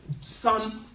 son